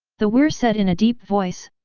the weir said in a deep voice,